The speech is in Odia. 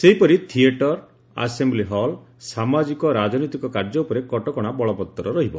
ସେହିପରି ଥିଏଟର ଆସେମ୍ପି ହଲ୍ ସାମାଜିକ ରାଜନୈତିକ କାର୍ଯ୍ୟ ଉପରେ କଟକଶା ବଳବତ୍ତର ରହିବ